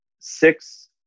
Six